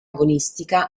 agonistica